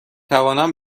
توانم